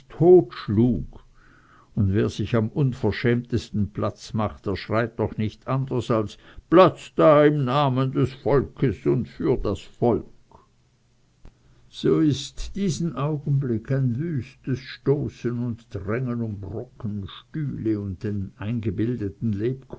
tot schlug und wer sich am unverschämtesten platz macht der schreit doch nicht anders als platz da im namen des volkes und für das volk so ist diesen augenblick ein wüstes stoßen und drängen um brocken stühle und den eingebildeten